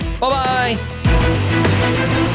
Bye-bye